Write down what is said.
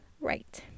right